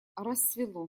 рассвело